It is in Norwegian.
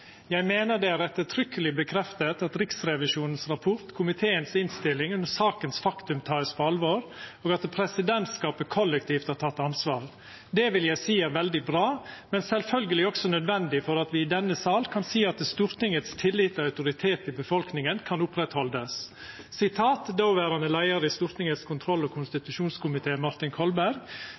Jeg vil på vegne av SVs gruppe be presidenten om grundig å vurdere sin stilling. Takk til presidenten for utgreiinga. «Jeg mener at det er ettertrykkelig bekreftet at Riksrevisjonens rapport, komiteens innstilling og sakens faktum tas på alvor, og at presidentskapet kollektivt har tatt ansvar. Det vil jeg si er veldig bra, men selvfølgelig også nødvendig for at vi i denne sal kan si at Stortingets tillit og autoritet i befolkningen kan